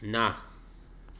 ના